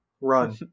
Run